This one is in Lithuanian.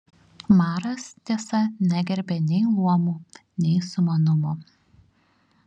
maras tiesa negerbė nei luomų nei sumanumo